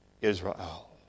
Israel